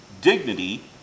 dignity